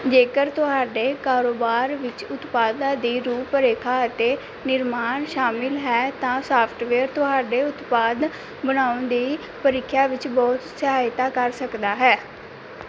ਜੇਕਰ ਤੁਹਾਡੇ ਕਾਰੋਬਾਰ ਵਿੱਚ ਉਤਪਾਦਾਂ ਦੀ ਰੂਪ ਰੇਖਾ ਅਤੇ ਨਿਰਮਾਣ ਸ਼ਾਮਲ ਹੈ ਤਾਂ ਸਾਫਟਵੇਅਰ ਤੁਹਾਡੇ ਉਤਪਾਦ ਬਣਾਉਣ ਦੀ ਪ੍ਰੀਖਿਆ ਵਿੱਚ ਬਹੁਤ ਸਹਾਇਤਾ ਕਰ ਸਕਦਾ ਹੈ